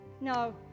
no